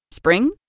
Spring